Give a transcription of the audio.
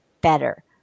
better